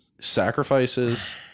sacrifices